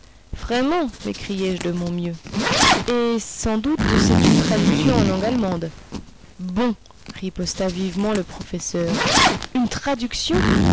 vraiment m'écriai-je de mon mieux et sans doute c'est une traduction en langue allemande bon riposta vivement le professeur une traduction